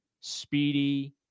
speedy